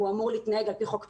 הוא אמור להתנהל על פי חוק הפיקוח.